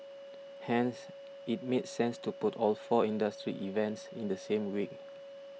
hence it made sense to put all four industry events in the same week